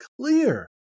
clear